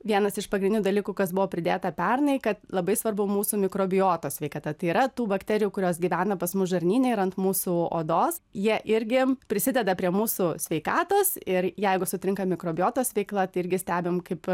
vienas iš pagrindinių dalykų kas buvo pridėta pernai kad labai svarbu mūsų mikrobioto sveikata tai yra tų bakterijų kurios gyvena pas mus žarnyne ir ant mūsų odos jie irgi prisideda prie mūsų sveikatos ir jeigu sutrinka mikrobiotos veikla tai irgi stebim kaip